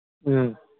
ꯎꯝ